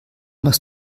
machst